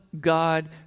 God